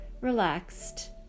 relaxed